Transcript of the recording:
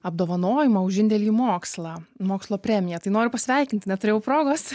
apdovanojimą už indėlį į mokslą mokslo premiją tai noriu pasveikinti neturėjau progos